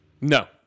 No